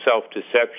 self-deception